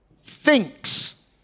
thinks